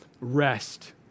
rest